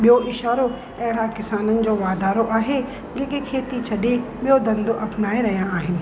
ॿियो इशारो अहिड़ा किसाननि जो वाधारो आहे जेके खेती छॾे ॿियो धंधो अपनाए रहिया आहिनि